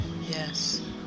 yes